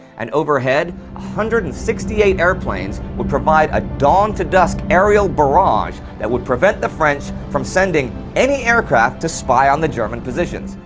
and overhead, one hundred and sixty eight airplanes would provide a dawn to dusk aerial barrage that would prevent the french from sending any aircraft to spy on the german positions.